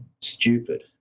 stupid